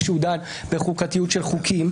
כשהוא דן בחוקתיות של חוקים,